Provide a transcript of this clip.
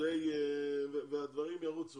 והדברים ירוצו.